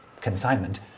consignment